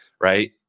right